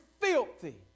filthy